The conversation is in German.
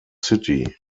city